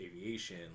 aviation